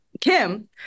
Kim